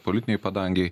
politinėj padangėj